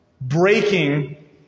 breaking